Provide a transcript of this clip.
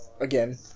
Again